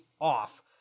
off